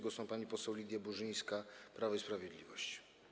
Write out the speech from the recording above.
Głos ma pani poseł Lidia Burzyńska, Prawo i Sprawiedliwość.